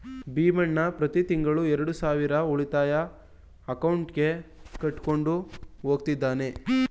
ಭೀಮಣ್ಣ ಪ್ರತಿ ತಿಂಗಳು ಎರಡು ಸಾವಿರ ಉಳಿತಾಯ ಅಕೌಂಟ್ಗೆ ಕಟ್ಕೊಂಡು ಹೋಗ್ತಿದ್ದಾನೆ